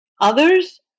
others